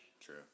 True